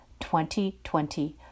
2020